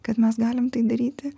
kad mes galim tai daryti